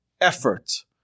effort